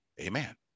Amen